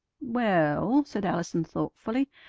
well, said allison thoughtfully,